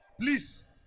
Please